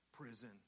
prison